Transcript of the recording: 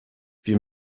wir